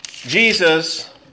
Jesus